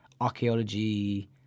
archaeology